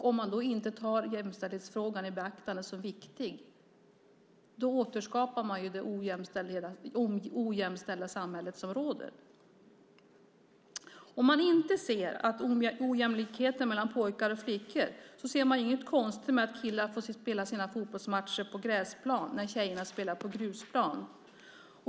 Om inte jämställdhetsfrågan anses viktig återskapar man det ojämställda samhället. Om man inte ser ojämlikheten mellan pojkar och flickor ser man inget konstigt med att pojkar får spela sina fotbollsmatcher på gräsplan när flickorna spelar på grusplan.